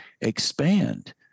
expand